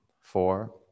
four